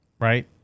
right